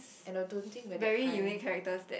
and I don't think we're that kind